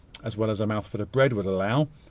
as well as a mouthful of bread would allow.